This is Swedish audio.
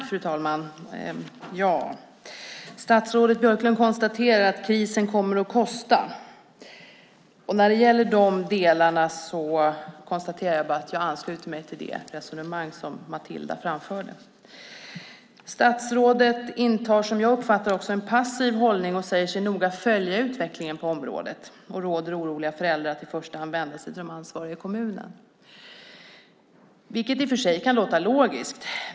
Fru talman! Statsrådet Björklund konstaterar att krisen kommer att kosta. I de delarna ansluter jag mig till det resonemang som Matilda framförde. Statsrådet intar en som jag uppfattar passiv hållning och säger sig noga följa utvecklingen på området och råder oroliga föräldrar att i första hand vända sig till de ansvariga i kommunen, vilket i och för sig kan låta logiskt.